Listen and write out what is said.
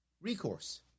recourse